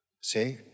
see